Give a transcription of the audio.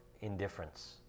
indifference